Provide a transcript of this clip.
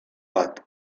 bat